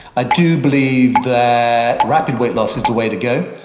i do believe that rapid weight loss is the way to go.